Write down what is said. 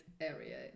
area